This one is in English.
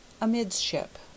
amidship